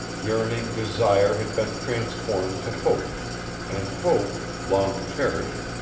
yearning desire had been transformed to hope and hope, long cherished,